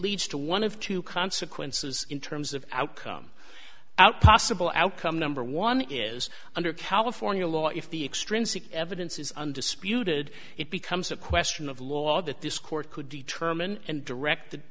leads to one of two consequences in terms of outcome out possible outcome number one is under california law if the extrinsic evidence is undisputed it becomes a question of law that this court could determine and direct